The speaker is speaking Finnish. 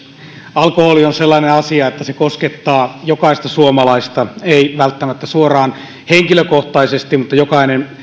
alkoholi on sellainen asia että se koskettaa jokaista suomalaista ei välttämättä suoraan henkilökohtaisesti mutta jokainen